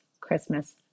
Christmas